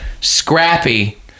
scrappy